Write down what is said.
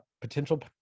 potential